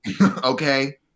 Okay